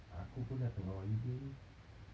aku pun dah tengah holiday ni